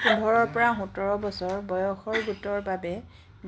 পোন্ধৰৰ পৰা সোতৰ বছৰ বয়সৰ গোটৰ বাবে